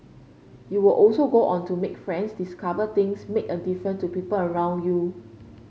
you will also go on to make friends discover things make a difference to people around you